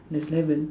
there's eleven